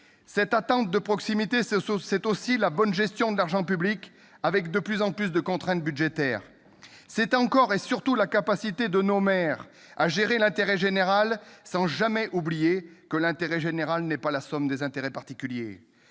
Cette attente de proximité, c'est aussi la bonne gestion de l'argent public en dépit de contraintes budgétaires toujours plus fortes. C'est encore et surtout la capacité de nos maires à gérer l'intérêt général, sans jamais oublier que l'intérêt général n'est pas la somme des intérêts particuliers.